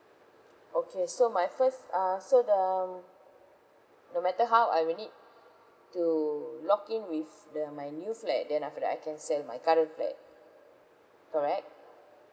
okay so my first uh so um no matter how I will need to lock in with the my new flat then after that I can sell my current flat correct